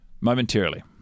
momentarily